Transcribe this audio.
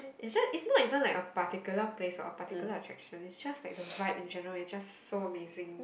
it just it's not even like a particular place or a particular attraction it's just like the vibe in general is just so amazing